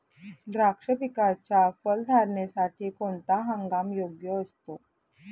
द्राक्ष पिकाच्या फलधारणेसाठी कोणता हंगाम योग्य असतो?